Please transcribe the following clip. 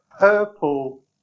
Purple